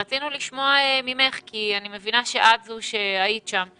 רצינו לשמוע ממך, כי אני מבינה שאת זו שהיית שם.